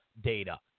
data